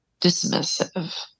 dismissive